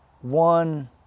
one